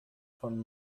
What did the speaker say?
von